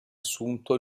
assunto